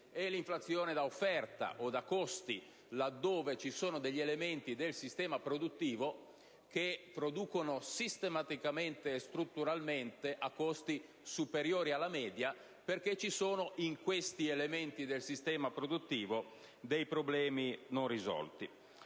e l'inflazione da offerta o da costi, laddove ci sono degli elementi del sistema produttivo che producono sistematicamente o strutturalmente a costi superiori alla media perché in questi elementi del sistema produttivo ci sono problemi non risolti.